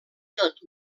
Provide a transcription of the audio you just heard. tot